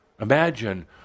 Imagine